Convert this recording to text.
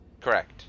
Correct